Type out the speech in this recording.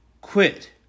quit